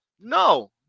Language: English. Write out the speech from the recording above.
no